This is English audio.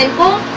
and will